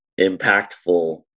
impactful